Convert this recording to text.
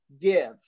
give